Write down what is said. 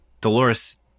Dolores